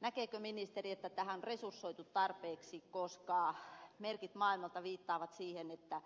näkeekö ministeri että tähän on resursoitu tarpeeksi koska merkit maailmalta viittaavat siihen että